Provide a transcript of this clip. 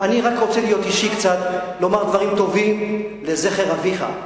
אני רק רוצה להיות קצת אישי ולומר דברים טובים לזכר אביך.